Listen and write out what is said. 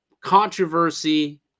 controversy